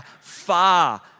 far